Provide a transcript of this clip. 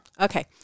Okay